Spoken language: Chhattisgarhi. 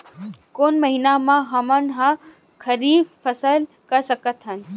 कोन महिना म हमन ह खरीफ फसल कर सकत हन?